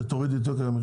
שתורידו את יוקר המחיה,